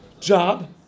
job